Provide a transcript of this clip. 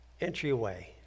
entryway